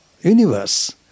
universe